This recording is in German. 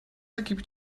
ergibt